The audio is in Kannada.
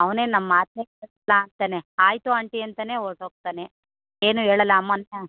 ಅವ್ನೆನು ನಮ್ಮ ಮಾತನ್ನೇ ಕೇಳೋಲ್ಲ ಅಂತಾನೆ ಆಯಿತು ಆಂಟಿ ಅಂತಾನೆ ಹೊರ್ಟೊಗ್ತಾನೆ ಏನು ಹೇಳಲ್ಲ ಅಮ್ಮ ಅಂತ